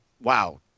wow